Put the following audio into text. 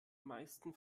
meisten